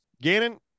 Gannon